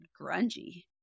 grungy